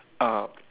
uh